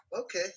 Okay